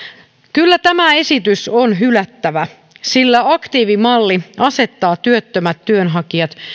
kyllä tämä esitys on hylättävä sillä aktiivimalli asettaa työttömät työnhakijat